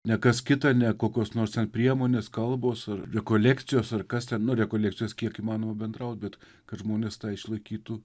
ne kas kita ne kokios nors ten priemonės kalbos ar rekolekcijos ar kas ten nu rekolekcijos kiek įmanoma bendraut bet kad žmonės tą išlaikytų